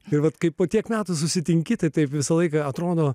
ir vat kai po tiek metų susitinki tai taip visą laiką atrodo